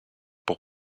pour